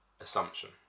assumption